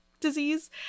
disease